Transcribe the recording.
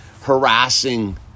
harassing